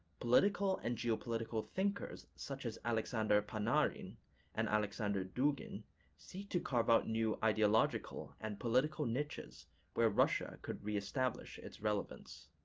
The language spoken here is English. political and geopolitical thinkers such as aleksandr panarin and aleksandr dugin seek to carve out new ideological and political niches where russia could reestablish its relevance.